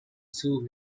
sue